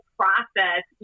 process